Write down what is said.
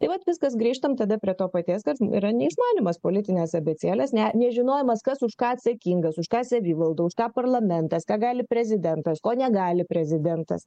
tai vat viskas grįžtam tada prie to paties kas yra neišmanymas politinės abėcėlės ne nežinojimas kas už ką atsakingas už ką savivaldą už tą parlamentas ką gali prezidentas ko negali prezidentas